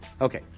Okay